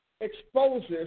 exposes